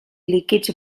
líquids